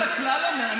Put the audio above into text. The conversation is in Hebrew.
אולי שהשר יכבד את הכנסת?